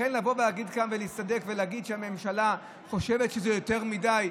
לכן לבוא ולהגיד שהממשלה חושבת שזה יותר מדי,